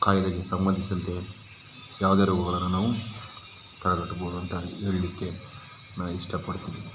ಕಾಯಿಲೆಗೆ ಸಂಬಂಧಿಸಿದಂತೆ ಯಾವುದೇ ರೋಗಗಳನ್ನ ನಾವು ತಡೆಗಟ್ಟಬಹುದು ಅಂತ ಹೇಳಲಿಕ್ಕೆ ನಾನು ಇಷ್ಟಪಡ್ತೀನಿ